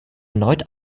erneut